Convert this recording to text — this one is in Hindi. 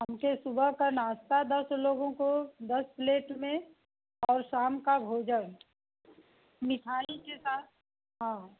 हमको सुबह का नास्ता दस लोगों को दस प्लेट में और शाम का भोजन मिठाई के साथ हाँ